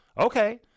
okay